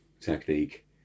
technique